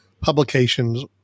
publications